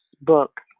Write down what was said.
book